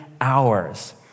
hours